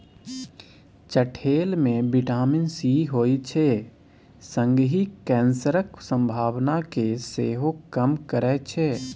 चठेल मे vitamin C होइ छै संगहि कैंसरक संभावना केँ सेहो कम करय छै